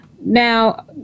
Now